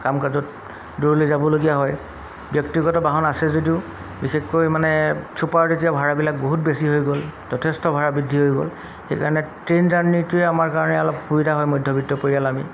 কাম কাজত দূৰলৈ যাবলগীয়া হয় ব্যক্তিগত বাহন আছে যদিও বিশেষকৈ মানে চুপাৰ তেতিয়া ভাড়াবিলাক বহুত বেছি হৈ গ'ল যথেষ্ট ভাড়া বৃদ্ধি হৈ গ'ল সেইকাৰণে ট্ৰেইন জাৰ্ণীটোৱে আমাৰ কাৰণে অলপ সুবিধা হয় মধ্যবৃত্ত পৰিয়াল আমি